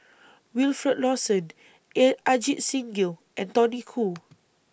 Wilfed Lawson Ajit Singh Gill and Tony Khoo